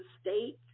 state